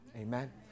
Amen